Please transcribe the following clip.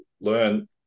learn